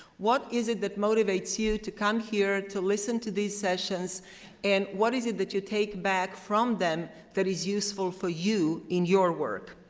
what is it that motivates you to come here, to listen to these sessions and what is it that you take back from them that is useful for you in your work?